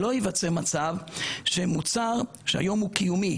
שלא ייווצר מצב שמוצר שהיום הוא קיומי,